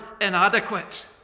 inadequate